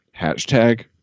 Hashtag